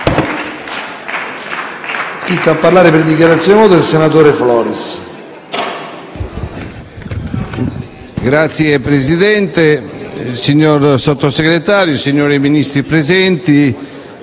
Signor Presidente, signor Sottosegretario, signori Ministri presenti,